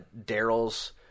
Daryl's